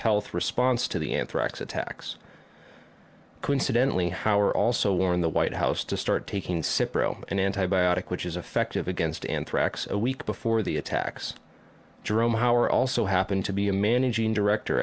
health response to the anthrax attacks coincidentally hower also warned the white house to start taking an antibiotic which is effective against anthrax a week before the attacks jerome hauer also happened to be a managing director